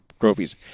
trophies